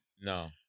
No